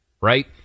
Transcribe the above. Right